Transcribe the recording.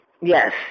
Yes